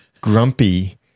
Grumpy